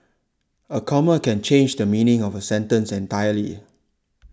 a comma can change the meaning of a sentence entirely